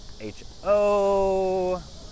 H-O